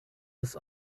des